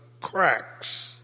cracks